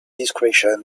discretion